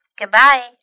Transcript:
goodbye